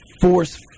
force